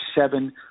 seven